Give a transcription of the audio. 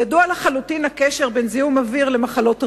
ידוע לחלוטין הקשר בין זיהום אוויר למחלות ריאה,